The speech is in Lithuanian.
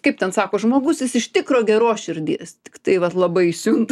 kaip ten sako žmogus jis iš tikro geros širdies tiktai vat labai įsiunta